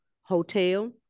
hotel